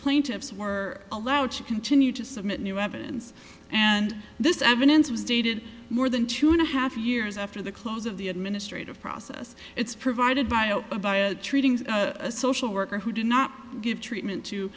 plaintiffs were allowed to continue to submit new evidence and this evidence was dated more than two and a half years after the close of the administrative process it's provided by treating a social worker who did not give treatment